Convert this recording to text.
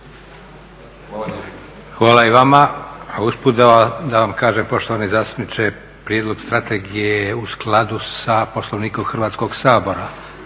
Hvala i vama. Usput da vam kažem poštovani zastupniče prijedlog strategije je u skladu sa Poslovnikom Hrvatskog sabora.